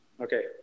Okay